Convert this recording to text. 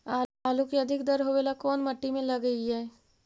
आलू के अधिक दर होवे ला कोन मट्टी में लगीईऐ?